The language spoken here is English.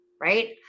Right